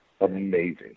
amazing